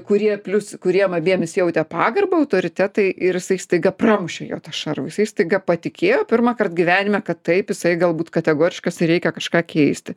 kurie plius kuriems abiem jis jautė pagarbą autoritetai ir jisai staiga pramušė jo tą šarvą jisai staiga patikėjo pirmąkart gyvenime kad taip jisai galbūt kategoriškas ir reikia kažką keisti